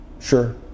sure